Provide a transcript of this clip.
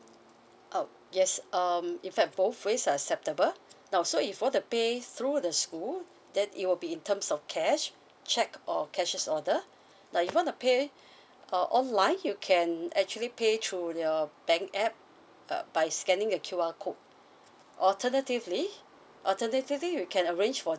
oh yes um in fact both ways are acceptable now so if you want to pay through the school then it will be in terms of cash cheque or cashier's order like you want pay uh online you can actually pay through your bank app uh by scanning the Q_R code alternatively alternatively you can arrange for